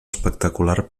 espectacular